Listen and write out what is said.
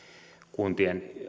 kuntien